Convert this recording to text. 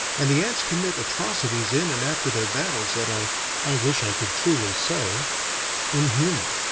and the ants commit atrocities in and after their battles that are i wish i could truly say inhuman.